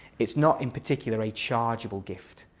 it's not in particular a chargeable gift.